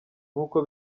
nuko